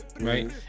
right